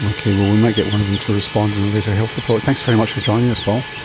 okay, we might get one of them to respond in a later health report. thanks very much for joining us paul.